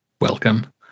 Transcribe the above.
welcome